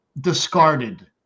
Discarded